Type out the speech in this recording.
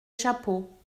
chapeaux